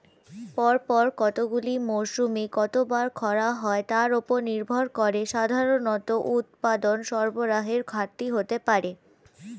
পরপর কতগুলি মরসুমে কতবার খরা হয় তার উপর নির্ভর করে সাধারণত উৎপাদন সরবরাহের ঘাটতি হতে পারে